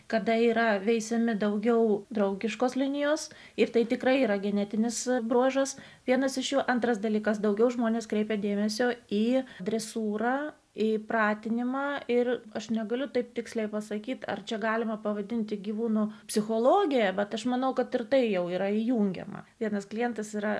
kada yra veisiami daugiau draugiškos linijos ir tai tikrai yra genetinis bruožas vienas iš jų antras dalykas daugiau žmonių kreipė dėmesio į dresūrą įpratinimą ir aš negaliu taip tiksliai pasakyti ar čia galima pavadinti gyvūnų psichologiją bet aš manau kad ir tai jau yra įjungiama vienas klientas yra